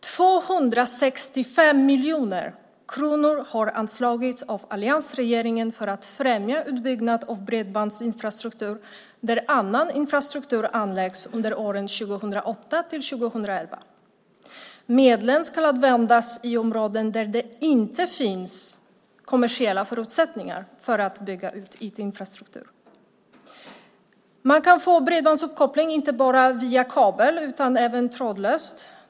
265 miljoner kronor har anslagits av alliansregeringen för att främja utbyggnad av bredbandsinfrastruktur där annan infrastruktur anläggs under åren 2008-2011. Medlen ska användas i områden där det inte finns kommersiella förutsättningar att bygga ut IT-infrastrukturen. Man kan få bredbandsuppkoppling inte bara via kabel utan även trådlöst.